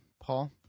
Paul